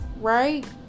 right